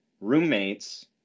roommates